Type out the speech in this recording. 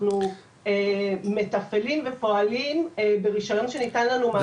אנחנו מתפעלים ופועלים ברישיון שניתן לנו מהמדינה.